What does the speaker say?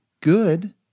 Good